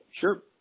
sure